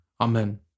Amen